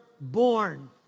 born